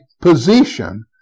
position